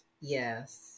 Yes